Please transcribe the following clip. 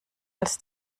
als